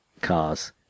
cars